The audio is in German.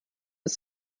ist